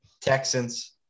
Texans